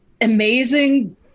amazing